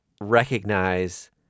recognize